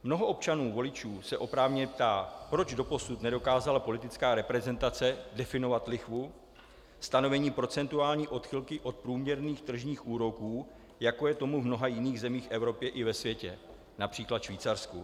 Mnoho občanů voličů se oprávněně ptá, proč doposud nedokázala politická reprezentace definovat lichvu, stanovení procentuální odchylky od průměrných tržních úroků, jako je tomu v mnoha jiných zemích v Evropě i ve světě, např. Švýcarsku.